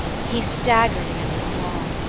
he staggered against the wall.